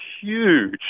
huge